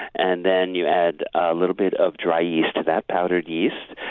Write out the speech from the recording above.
and then you add a little bit of dry yeast to that, powdered yeast,